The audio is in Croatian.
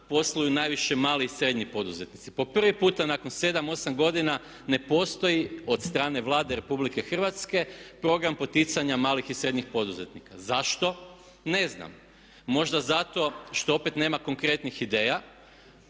posluju najviše mali i srednji poduzetnici. Po prvi puta nakon 7, 8 godina ne postoji od strane Vlade RH program poticanja malih i srednjih poduzetnika. Zašto? Ne znam. Možda zato što opet nema konkretnih ideja